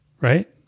Right